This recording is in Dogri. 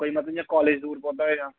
कोई मतलब इ'यां काॅलेज दूर पौंदा होऐ जि'यां